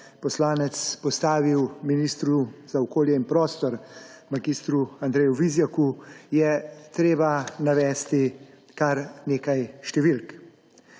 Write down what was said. poslanec postavil ministru za okolje in prostor mag. Andreju Vizjaku, je treba navesti kar nekaj številk.